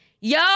yo